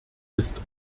ist